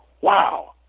wow